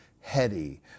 heady